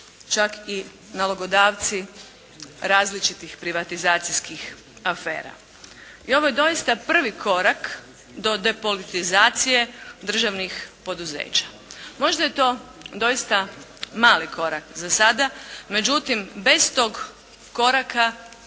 čak i nalogodavci različitih privatizacijskih afera i ovo je doista prvi korak do depolitizacije državnih poduzeća. Možda je to doista mali korak za sada, međutim bez tog koraka